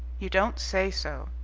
you don't say so!